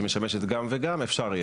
שמשמשת גם וגם יהיה אפשר.